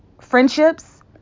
friendships